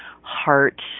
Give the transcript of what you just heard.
heart